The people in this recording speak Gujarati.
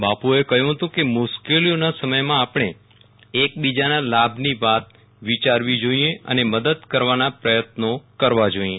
બાપુએ કહ્યું હતુંકે મુશ્કેલીઓનાં સમયમાં આપણે એકબીજાનાં લાભની વાત વિચારવી જોઈએ અને મદદ કરવાનાં પ્રયત્નો કરવા જોઈએ